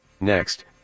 Next